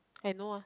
I know ah